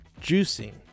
Juicing